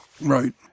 Right